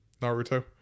Naruto